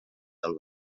del